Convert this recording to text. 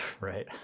right